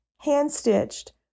hand-stitched